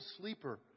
sleeper